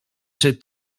czy